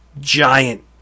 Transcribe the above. giant